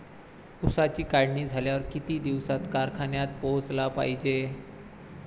ऊसाची काढणी झाल्यावर किती दिवसात कारखान्यात पोहोचला पायजे?